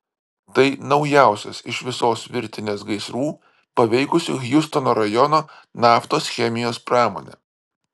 tai naujausias iš visos virtinės gaisrų paveikusių hjustono rajono naftos chemijos pramonę